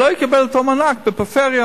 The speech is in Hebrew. שלא יקבל אותו מענק בפריפריה,